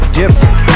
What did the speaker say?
different